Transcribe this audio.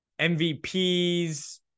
mvps